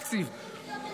הקופה,